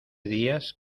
días